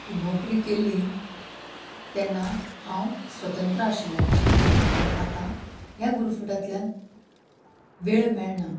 की नोकरी केल्ली तेन्ना हांव स्वतंत्र आशिल्लें कशें आनी आतां ह्या गुरफट्यांतल्यान वेळ मेळना